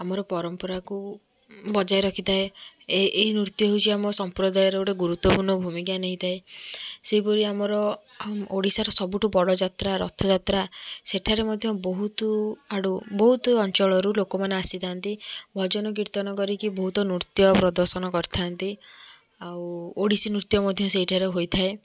ଆମର ପରମ୍ପରାକୁ ବଜାୟ ରଖିଥାଏ ଏଇ ନୃତ୍ୟ ହେଉଛି ଆମ ସମ୍ପ୍ରଦାୟର ଗୋଟେ ଗରୁତ୍ୱପୂର୍ଣ୍ଣ ଭୂମିକା ନେଇଥାଏ ସେହିପରି ଆମର ଓଡ଼ିଶାର ସବୁଠୁ ବଡ଼ଯାତ୍ରା ରଥଯାତ୍ରା ସେଠାରେ ମଧ୍ୟ ବହୁତ ଆଡ଼ୁ ବହୁତ ଅଞ୍ଚଳରୁ ଲୋକମାନେ ଆସିଥାନ୍ତି ଭଜନ କୀର୍ତ୍ତନ କରିକି ବହୁତ ନୃତ୍ୟ ପ୍ରଦର୍ଶନ କରିଥାନ୍ତି ଆଉ ଓଡ଼ିଶୀ ନୃତ୍ୟ ମଧ୍ୟ ସେହିଠାରେ ହୋଇଥାଏ